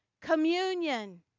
Communion